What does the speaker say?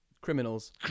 criminals